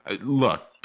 look